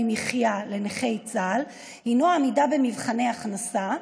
מחיה לנכי צה"ל הוא עמידה במבחני הכנסה,